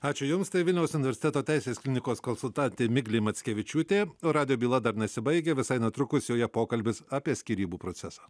ačiū jums tai vilniaus universiteto teisės klinikos konsultantė miglė mackevičiūtė o radijo byla dar nesibaigia visai netrukus joje pokalbis apie skyrybų procesą